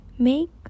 Make